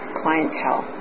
clientele